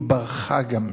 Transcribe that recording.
היא ברחה גם מזה.